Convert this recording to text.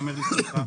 ייאמר לזכותך,